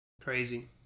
Crazy